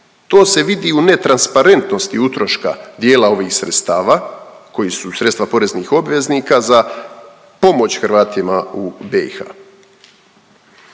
To se vidi u netransparentnosti utroška dijela ovih sredstava, koji su sredstva poreznih obveznika, za pomoć Hrvatima u BiH.